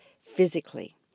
physically